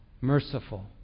merciful